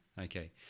Okay